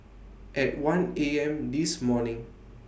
At one A M This morning